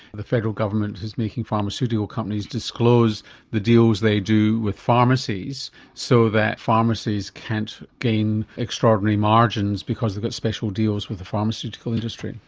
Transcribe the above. the federal government is making pharmaceutical companies disclose the deals they do with pharmacies so that pharmacies can't gain extraordinary margins because they've got special deals with the pharmaceutical industry.